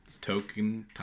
token